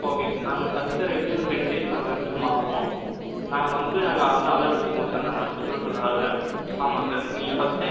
okay sir நாங்கள் தச்சு தர எப்படியும் டென் டேஸ் நாங்கள் மினிமம் ஆகும் நாங்கள் வந்து நாங்கள் வந்து அளவெடுத்துக்குவோம் சார் நாங்கள் ஸ்டுடென்ஸ்சோட அளவை ஆமாம் சார் நீங்கள் ஃபஸ்ட்டே